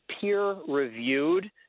peer-reviewed